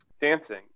dancing